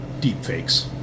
deepfakes